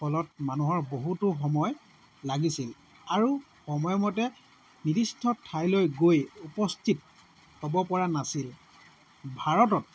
ফলত মানুহৰ বহুতো সময় লাগিছিল আৰু সময়মতে নিৰ্দিষ্ট ঠাইলৈ গৈ উপস্থিত হ'ব পৰা নাছিল ভাৰতত